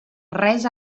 res